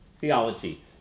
theology